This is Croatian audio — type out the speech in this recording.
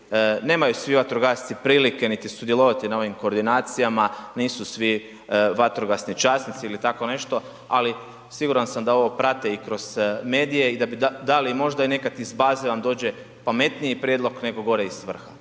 nemaju svi vatrogasci prilike niti sudjelovati na ovim koordinacijama, nisu svi vatrogasni časnici ili tako nešto, ali siguran sam da ovo prate i kroz medije i da bi dali možda i nekad iz baze vam dođe pametniji prijedlog nego gore iz vrha.